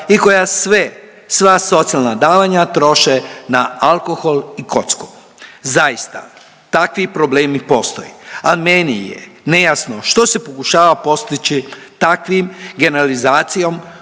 i koja sve, sva socijalna davanja troše na alkohol i kocku. Zaista, takvi problemi postoje, ali meni je nejasno što se pokušava postići takvim generalizacijom